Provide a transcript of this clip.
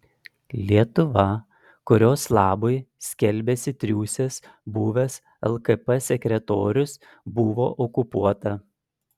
lietuva kurios labui skelbiasi triūsęs buvęs lkp sekretorius buvo okupuota